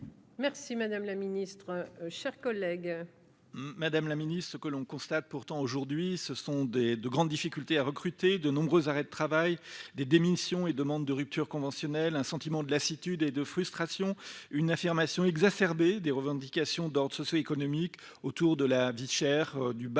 M. Hugues Saury, pour la réplique. Madame la ministre, ce que l'on constate aujourd'hui, ce sont de grandes difficultés à recruter, de nombreux arrêts de travail, des démissions et des demandes de rupture conventionnelle, un sentiment de lassitude et de frustration, enfin une affirmation exacerbée des revendications d'ordre socio-économique autour de la vie chère et du bas